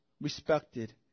respected